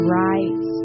right